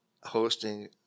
hosting